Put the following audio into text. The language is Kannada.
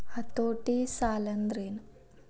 ಹತೋಟಿ ಸಾಲಾಂದ್ರೆನ್?